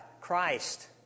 Christ